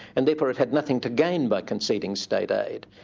and therefore it had nothing to gain by conceding state aid.